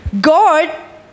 God